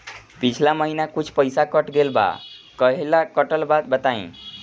पिछला महीना कुछ पइसा कट गेल बा कहेला कटल बा बताईं?